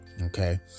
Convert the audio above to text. Okay